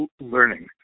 learning